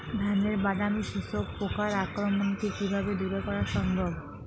ধানের বাদামি শোষক পোকার আক্রমণকে কিভাবে দূরে করা সম্ভব?